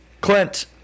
Clint